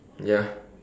ya